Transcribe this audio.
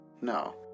no